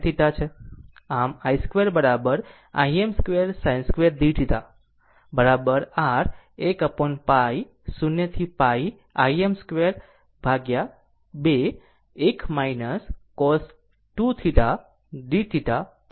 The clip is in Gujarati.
આમ i2 બરાબર Im2sin2dθ બરાબર r 1 upon π 0 to π Im2 2 1 cos 2θdθ છે